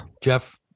Jeff